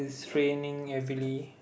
it's raining heavily